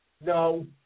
No